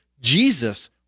Jesus